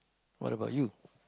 what about you